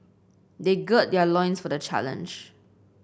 they gird their loins for the challenge